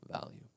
value